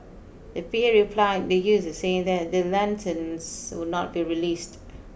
the P A replied the users saying that the lanterns would not be released